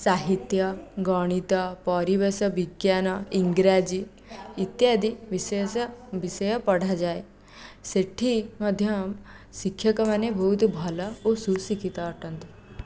ସାହିତ୍ୟ ଗଣିତ ପରିବେଶ ବିଜ୍ଞାନ ଇଂରାଜୀ ଇତ୍ୟାଦି ବିଷୟ ବିଷୟ ପଢ଼ାଯାଏ ସେଠି ମଧ୍ୟ ଶିକ୍ଷକମାନେ ବହୁତ ଭଲ ଓ ସୁଶିକ୍ଷିତ ଅଟନ୍ତି